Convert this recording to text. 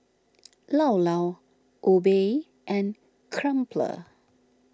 Llao Llao Obey and Crumpler